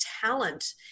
talent